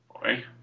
Boy